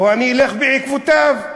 בוא נלך בעקבותיו.